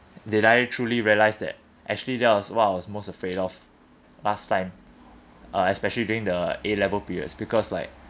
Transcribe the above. did I truly realise that actually that was what I was most afraid of last time uh especially during the A level periods because like